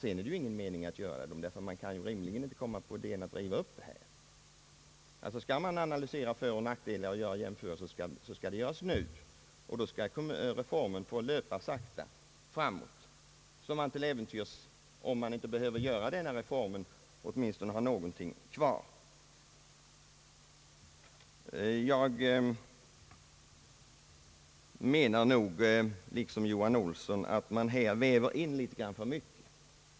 Därefter är det ju ingen mening att göra jämförelse, eftersom man rimligen inte kan riva upp en sådan reform. Skall man analysera fördelar och nackdelar skall detta alltså göras nu, varvid reformen under tiden sakta får löpa vidare. Då kan, om reformen senare inte nödvändigtvis behöver genomföras, åtminstone några icke sammanlagda kommuner finnas kvar. Jag menar liksom herr Johan Olsson, att man väver in alltför mycket i detta sammanhang.